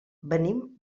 venim